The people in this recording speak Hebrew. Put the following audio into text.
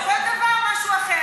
תנהל משא ומתן.